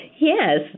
Yes